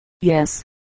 Yes